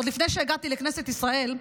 עוד לפני שהגעתי לכנסת ישראל,